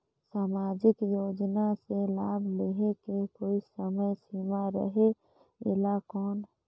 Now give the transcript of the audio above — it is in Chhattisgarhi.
समाजिक योजना मे लाभ लहे के कोई समय सीमा रहे एला कौन?